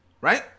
right